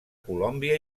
colòmbia